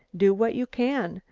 do what you can,